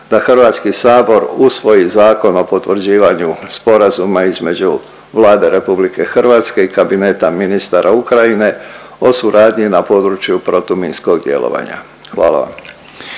da HS usvoji Zakon o potvrđivanju sporazuma između Vlade RH i Kabineta ministara Ukrajine o suradnji na području protuminskog djelovanja, hvala vam.